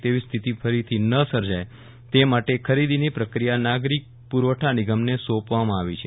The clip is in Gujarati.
તે વી સ્થિતિ ફરીથી ન સર્જા ય તે માટે ખરીદીની પ્રક્રિયા નાગરિક પુરવઠા નિગમને સોંપવામાં આવી છે